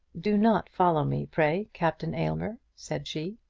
do not follow me, pray, captain aylmer, said she.